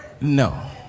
no